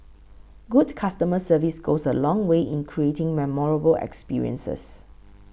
good customer service goes a long way in creating memorable experiences